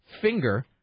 Finger